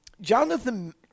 Jonathan